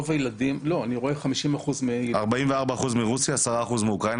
44 אחוזים מרוסיה ו-10 אחוזים מאוקראינה,